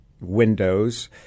windows